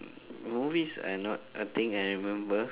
movies are not a thing I remember